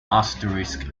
asterisk